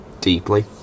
deeply